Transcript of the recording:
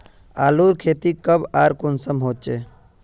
आलूर खेती कब आर कुंसम होचे?